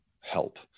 help